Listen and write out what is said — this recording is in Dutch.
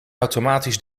automatisch